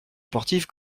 sportives